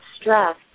stress